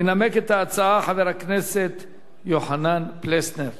ינמק את ההצעה חבר הכנסת יוחנן פלסנר.